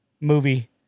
movie